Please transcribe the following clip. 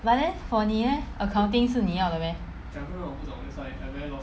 but then for 你 leh accounting 是你要的 meh